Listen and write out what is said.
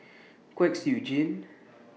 Kwek Siew Jin